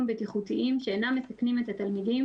בטיחותיים שאינם מסכנים את התלמידים,